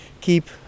keep